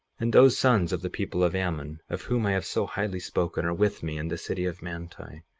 and those sons of the people of ammon, of whom i have so highly spoken, are with me in the city of manti